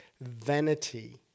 vanity